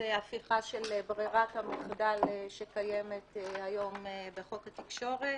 זה הפיכה של ברירת המחדל שקיימת היום בחוק התקשורת,